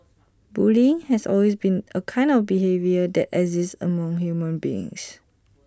bullying has always been A kind of behaviour that exists among human beings